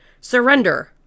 Surrender